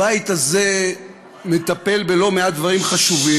הבית הזה מטפל בלא מעט דברים חשובים.